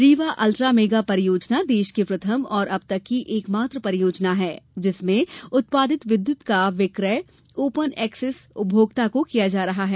Rewa ultra mega परियोजना देश की प्रथम और अब तक की एक मात्र परियोजना है जिसमें उत्पादित विद्युत का विकय ओपर एक्सिस उपभोक्ता को किया जा रहा है